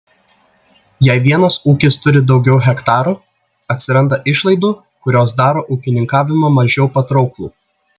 jei vienas ūkis turi daugiau hektarų atsiranda išlaidų kurios daro ūkininkavimą mažiau patrauklų